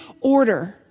order